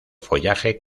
follaje